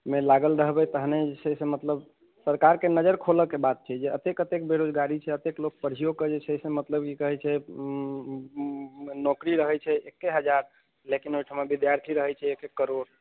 मे लागल रहबै तहने जे छै से मतलब सरकारके नजर खोलऽ के बात छै जे एतेक एतेक बेरोजगारी छै एतेक लोक पढ़िओके जे छै से मतलब की कहैत छै नौकरी रहैत छै एके हजार लेकिन ओहिठमा विद्यार्थी रहैत छै एक एक करोड़